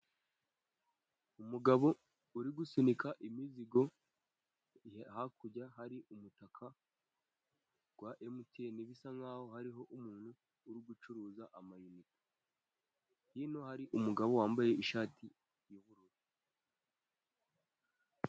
Umugabo uri gusunika imizigo, hakurya hari umutaka wa emutiyene bisa nkaho hariho umuntu uri gucuruza amayinite. Hari umugabo wambaye ishati yu'bururu.